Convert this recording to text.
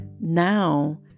now